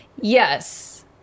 Yes